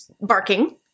barking